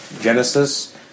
Genesis